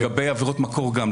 לגבי עבירות מקור גם.